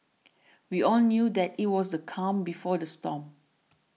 we all knew that it was the calm before the storm